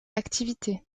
activité